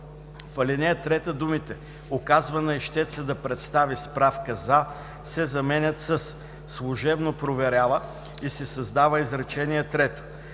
В ал. 3 думите „указва на ищеца да представи справка за“ се заменят със „служебно проверява“ и се създава изречение трето: